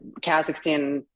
kazakhstan